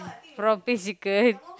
prawn paste chicken